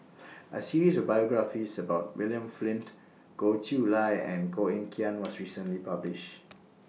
A series of biographies about William Flint Goh Chiew Lye and Koh Eng Kian was recently published